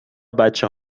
بچه